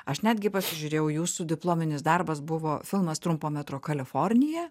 aš netgi pasižiūrėjau jūsų diplominis darbas buvo filmas trumpo metro kalifornija